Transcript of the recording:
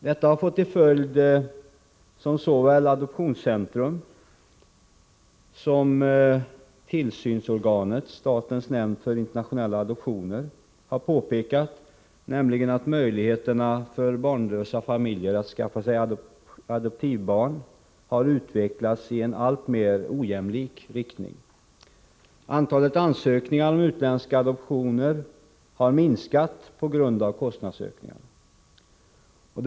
Detta har fått till följd — som såväl Adoptionscentrum som tillsynsorganet statens nämnd för internationella adoptioner har påpekat — att möjligheterna för barnlösa familjer att skaffa sig adoptivbarn har utvecklats i en alltmer ojämlik riktning. Antalet ansökningar om utländska adoptioner har minskat på grund av kostnadsökningarna.